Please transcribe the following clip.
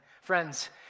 friends